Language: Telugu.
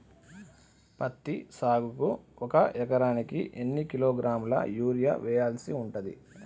పత్తి సాగుకు ఒక ఎకరానికి ఎన్ని కిలోగ్రాముల యూరియా వెయ్యాల్సి ఉంటది?